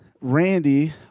Randy